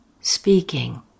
speaking